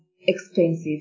expensive